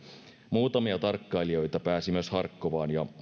muutamia tarkkailijoita pääsi myös harkovaan ja